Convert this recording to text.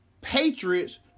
Patriots